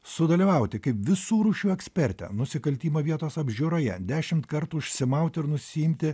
sudalyvauti kaip visų rūšių ekspertė nusikaltimo vietos apžiūroje dešimt kartų užsimauti ir nusiimti